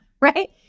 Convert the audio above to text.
right